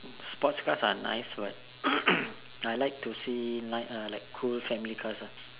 sport cars are nice but I like to see night uh like cool family cars ah